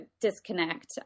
disconnect